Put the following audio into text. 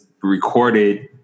recorded